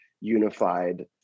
unified